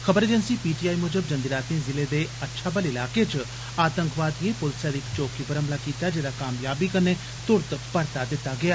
खबर agency PTI मुजब जन्दी रातीं ज़िले दे अच्छाबल इलाके च आतंकवादिएं पुलसै दी इक चौकी पर हमला कीता जेदा कामयाबी कन्ने तुरत परता दित्ता गेया